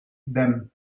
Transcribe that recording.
them